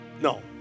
No